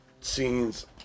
scenes